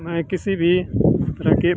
मैं किसी भी के